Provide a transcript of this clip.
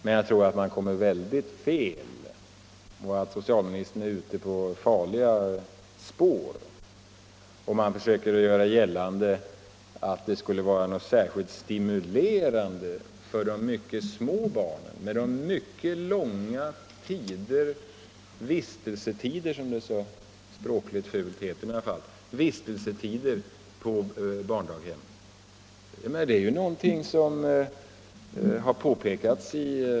Men jag tror att socialministern kommer mycket fel, och att han är ute på farliga spår, om han försöker göra gällande att det skulle vara något särskilt stimulerande för de mycket små barnen med de mycket långa vistelsetiderna — som det heter, språkligt mycket fult — på barndaghem.